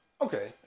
Okay